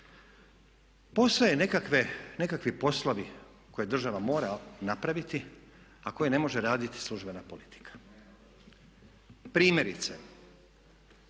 Postoje nekakvi poslovi koje država mora napraviti a koje ne može raditi službena politika. Primjerice,